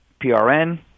PRN